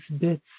bits